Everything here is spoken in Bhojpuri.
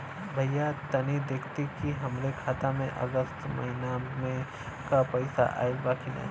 भईया तनि देखती की हमरे खाता मे अगस्त महीना में क पैसा आईल बा की ना?